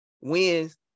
wins